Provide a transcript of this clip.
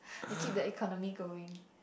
I keep the economy going